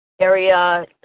area